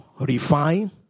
refine